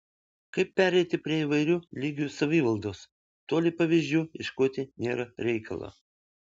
kaip pereiti prie įvairių lygių savivaldos toli pavyzdžių ieškoti nėra reikalo